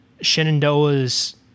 Shenandoah's